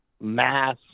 mass